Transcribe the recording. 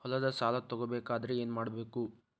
ಹೊಲದ ಸಾಲ ತಗೋಬೇಕಾದ್ರೆ ಏನ್ಮಾಡಬೇಕು?